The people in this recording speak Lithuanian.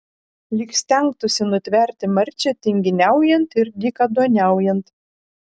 lyg stengtųsi nutverti marčią tinginiaujant ir dykaduoniaujant